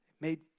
made